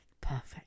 Perfect